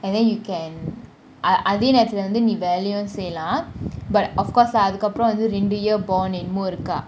and then you can I I அதே நேரத்துல நீ வேலையும் செய்யலாம் :athey nearathula nee velaiyum seiyalam but of course lah அதுக்கு அப்புறம் வந்து ரெண்டு :athuku apram vanthu rendu year bond இன்னும் இருக்க :inum irukam